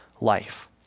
life